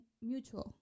mutual